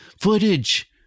footage